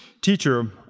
teacher